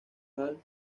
hall